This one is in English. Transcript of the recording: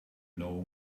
know